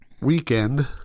weekend